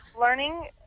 learning